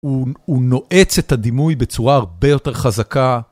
הוא נועץ את הדימוי בצורה הרבה יותר חזקה.